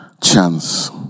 chance